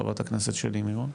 חברת הכנסת שלי מירון?